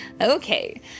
Okay